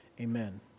Amen